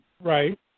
Right